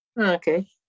Okay